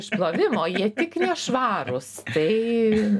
išplovimo jie tik jie švarūs tai